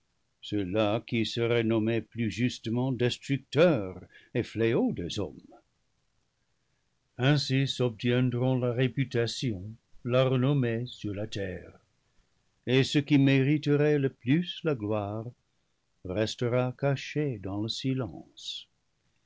ceux-là qui seraient nommés plus justement des tructeurs et fléaux des hommes ainsi s'obtiendront la répu tation la renommée sur la terre et ce qui mériterait le plus la gloire restera caché dans le silence